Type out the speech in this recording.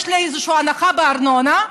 או יש לי איזושהי הנחה בארנונה,